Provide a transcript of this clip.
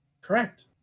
Correct